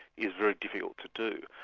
is very difficult to do.